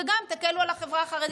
וגם תקלו על החברה החרדית.